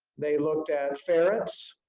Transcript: they looked at ferrets.